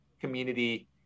community